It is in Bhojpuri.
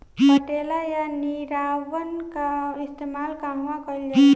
पटेला या निरावन का इस्तेमाल कहवा कइल जाला?